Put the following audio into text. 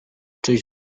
czyś